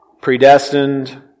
predestined